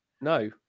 no